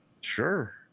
Sure